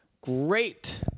great